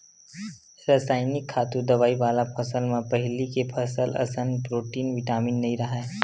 रसइनिक खातू, दवई वाला फसल म पहिली के फसल असन प्रोटीन, बिटामिन नइ राहय